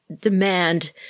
demand